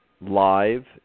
live